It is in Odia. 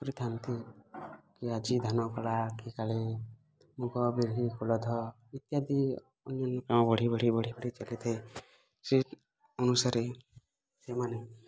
କରିଥାଆନ୍ତି କି ଆଜି ଧାନ ଖଳା କି କାଳେ ମୁଗ ବିରି କୋଳଥ ଇତ୍ୟାଦି ଅନ୍ୟନ୍ୟ ବଢ଼ାଇ ବଢ଼ାଇ ବଢ଼ାଇ ବଢ଼ାଇ ଚାଲିଥାଏ ସେହି ଅନୁସାରେ ସେମାନେ